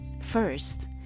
First